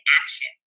action